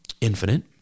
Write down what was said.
infinite